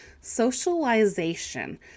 socialization